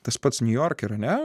tas pats niujorke ar ne